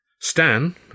Stan